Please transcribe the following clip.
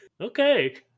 Okay